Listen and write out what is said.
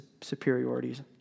superiorities